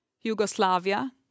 Yugoslavia